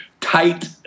tight